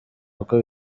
kuko